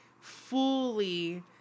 fully